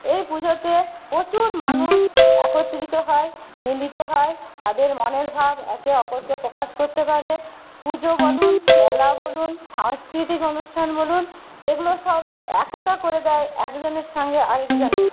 এই পুজোতে প্রচুর মানুষ একত্রিত হয় মিলিত হয় তাদের মনের ভাব একে অপরকে প্রকাশ করতে পারে পুজো বলুন মেলা বলুন সাংস্কৃতিক অনুষ্ঠান বলুন এগুলো সব একতা করে দেয় একজনের সঙ্গে আর একজনের